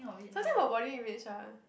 something about body image ah